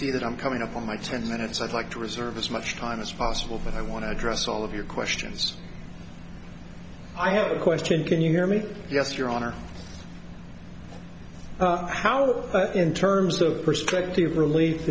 see that i'm coming up on my ten minutes i'd like to reserve as much time as possible but i want to address all of your questions i have a question can you hear me yes your honor how in terms of perspective relief